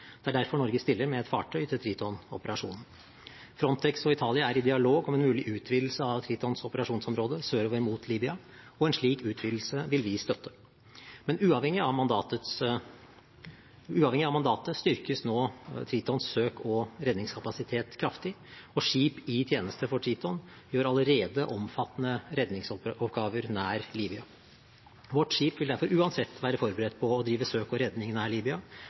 Det er derfor Norge stiller med et fartøy til Triton-operasjonen. Frontex og Italia er i dialog om en mulig utvidelse av Tritons operasjonsområde sørover mot Libya, og en slik utvidelse vil vi støtte. Men uavhengig av mandatet styrkes nå Tritons søk- og redningskapasitet kraftig, og skip i tjeneste for Triton utfører allerede omfattende redningsoppgaver nær Libya. Vårt skip vil derfor uansett være forberedt på å drive søk og redning nær